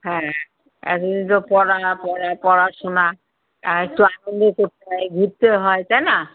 হ্যাঁ এতদিন তো পড়া পড়া পড়াশুনা হ্যাঁ একটু আনন্দ করতে হয় ঘুরতে হয় তাই না